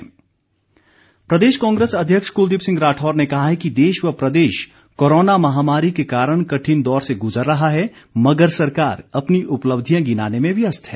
कुलदीप सिंह प्रदेश कांग्रेस अध्यक्ष कुलदीप सिंह राठौर ने कहा है कि देश व प्रदेश कोरोना महामारी के कारण कठिन दौर से गुजर रहा है मगर सरकार अपनी उपलब्धियां गिनाने में व्यस्त है